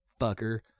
Fucker